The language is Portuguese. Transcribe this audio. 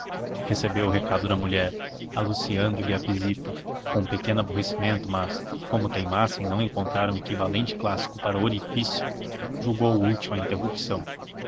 recebeu o recado da mulher anunciando-lhe a visita com um pequeno aborrecimento mas como teimasse em não encontrar um equivalente clássico para orifício julgou útil a interrupção